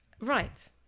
Right